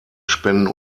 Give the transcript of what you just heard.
spenden